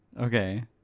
Okay